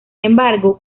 embargo